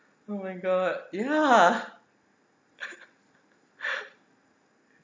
oh my god ya